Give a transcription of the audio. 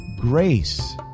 grace